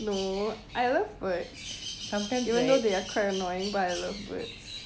no I love birds even though they are quite annoying but I love birds